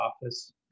office